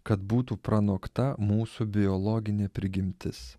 kad būtų pranokta mūsų biologinė prigimtis